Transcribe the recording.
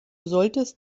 solltest